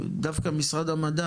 דווקא משרד המדע,